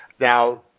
Now